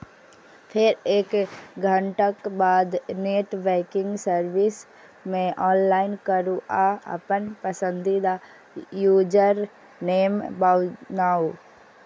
फेर एक घंटाक बाद नेट बैंकिंग सर्विस मे लॉगइन करू आ अपन पसंदीदा यूजरनेम बनाउ